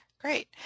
Great